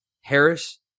Harris